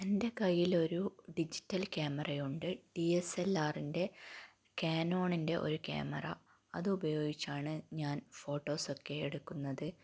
എൻ്റെ കയ്യിൽ ഒരു ഡിജിറ്റൽ ക്യാമറ ഉണ്ട് ഡി എസ് എൽ ആറിൻ്റെ കാനോനിൻ്റെ ഒരു ക്യാമറ അത് ഉപയോഗിച്ചാണ് ഞാൻ ഫോട്ടോസ് ഒക്കെ എടുക്കുന്നത്